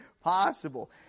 possible